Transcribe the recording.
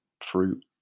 fruit